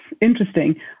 interesting